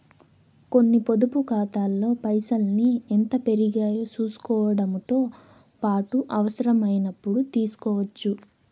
కొన్ని పొదుపు కాతాల్లో పైసల్ని ఎంత పెరిగాయో సూసుకోవడముతో పాటు అవసరమైనపుడు తీస్కోవచ్చు